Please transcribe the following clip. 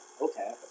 Okay